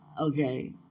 okay